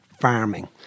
farming